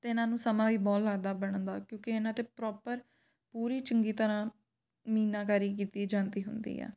ਅਤੇ ਇਹਨਾਂ ਨੂੰ ਸਮਾਂ ਵੀ ਬਹੁਤ ਲੱਗਦਾ ਬਣਨ ਦਾ ਕਿਉਂਕਿ ਇਹਨਾਂ 'ਤੇ ਪ੍ਰੋਪਰ ਪੂਰੀ ਚੰਗੀ ਤਰ੍ਹਾਂ ਮੀਨਾਕਾਰੀ ਕੀਤੀ ਜਾਂਦੀ ਹੁੰਦੀ ਆ